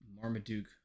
Marmaduke